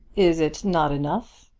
is it not enough?